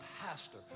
pastor